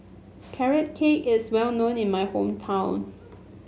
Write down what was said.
Carrot Cake is well known in my hometown